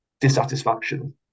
dissatisfaction